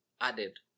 added